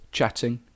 chatting